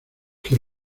que